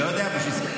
חבר הכנסת